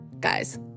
Guys